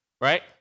right